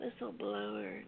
whistleblower